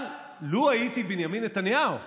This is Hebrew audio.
אבל לו הייתי בנימין נתניהו,